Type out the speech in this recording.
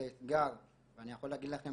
האתגר, ואני יכול להגיד לכם